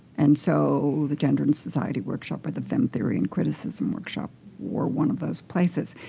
and so, the gender and society workshop or the fem theory and criticism workshop were one of those places.